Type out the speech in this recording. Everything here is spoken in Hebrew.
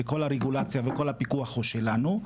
וכל הרגולציה והפיקוח הם שלנו.